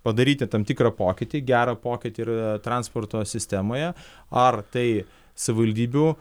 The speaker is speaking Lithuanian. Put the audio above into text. padaryti tam tikrą pokytį gerą pokytį ir transporto sistemoje ar tai savivaldybių